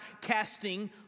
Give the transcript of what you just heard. casting